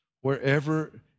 wherever